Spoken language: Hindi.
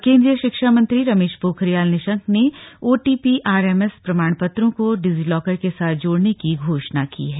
और केंद्रीय शिक्षा मंत्री रमेश पोखरियाल निशंक ने ओटीपीआरएमएस प्रमाणपत्रों को डिजीलॉकर के साथ जोडने की घोषणा की है